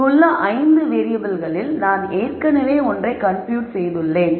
இங்குள்ள 5 வேறியபிள்களில் நான் ஏற்கனவே ஒன்றைக் கம்ப்யூட் செய்துள்ளேன்